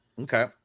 Okay